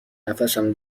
نفسم